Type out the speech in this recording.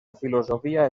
filosofia